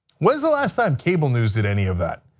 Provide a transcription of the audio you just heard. when is the last time cable news did any of that?